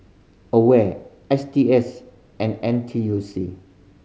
AWARE S T S and N T U C